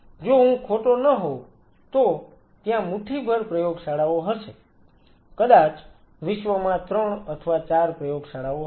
જો હું ખોટો ન હોઉં તો ત્યાં મુઠ્ઠીભર પ્રયોગશાળાઓ હશે કદાચ વિશ્વભરમાં 3 અથવા 4 પ્રયોગશાળાઓ હશે